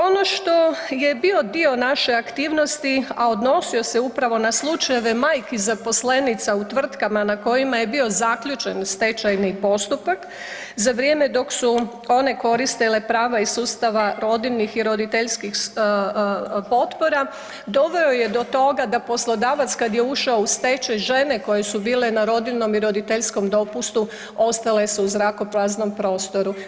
Ono što je bio naše aktivnosti, a odnosio se upravo na slučaj ovih majki, zaposlenica u tvrtkama na kojima je bio zaključen stečajni postupak za vrijeme dok su one koristile prava iz sustava rodiljnih i roditeljskih potpora doveo je do toga da poslodavac kad je ušao u stečaj, žene koje su bile na rodiljnom i roditeljskom dopustu ostale su u zrakopraznom prostoru.